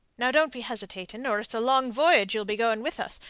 now, don't be hesitating or it's a long voyage ye'll be going with us,